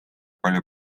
palju